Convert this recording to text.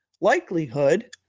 Likelihood